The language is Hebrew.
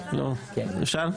אפשר?